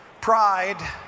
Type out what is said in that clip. pride